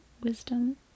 wisdom